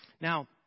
Now